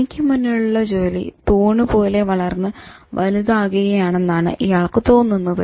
തനിക്ക് മുന്നിലുള്ള ജോലി തൂണുപോലെ വളർന്ന് വലുതാകുകയാണെന്നാണ് ഇയാൾക്ക് തോന്നുന്നത്